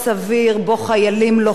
שבעברם,